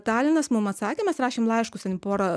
talinas mum atsakė mes rašėm laiškus ten į porą